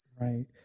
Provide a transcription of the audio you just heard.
Right